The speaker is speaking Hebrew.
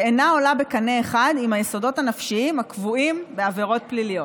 שאינה עולה בקנה אחד עם היסודות הנפשיים הקבועים בעבירות פליליות.